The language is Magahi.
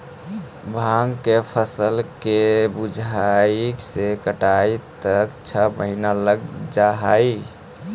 भाँग के फसल के बुआई से कटाई तक में छः महीना लग जा हइ